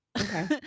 Okay